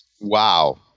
Wow